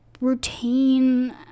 routine